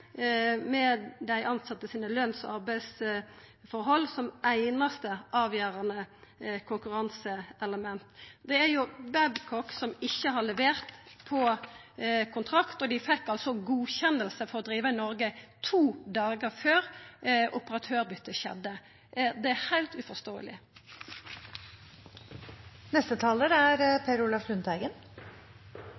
arbeidsforhold som einaste avgjerande konkurranseelement. Det er jo Babcock som ikkje har levert på kontrakt. Dei fekk godkjenning til å driva i Noreg to dagar før operatørbyttet skjedde, og det er heilt uforståeleg. Det vi opplever her nå, er